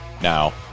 Now